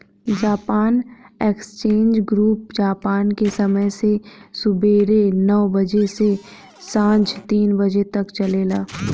Japan exchange group Japan के समय से सुबेरे नौ बजे से सांझ तीन बजे तक चलेला